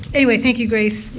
anyway, thank you, grace.